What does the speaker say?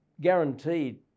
guaranteed